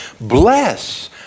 bless